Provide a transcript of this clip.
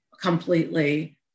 completely